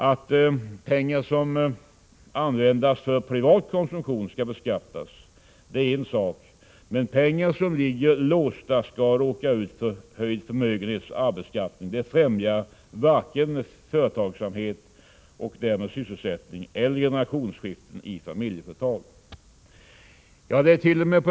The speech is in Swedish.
Att pengar som kan användas för privat konsumtion skall beskattas är en sak, men att pengar som ligger låsta skall råka ut för höjd förmögenhetsoch arvsbeskattning främjar varken företagsamhet, och därmed sysselsättning, eller generationsskiften i familjeföretag.